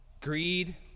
Greed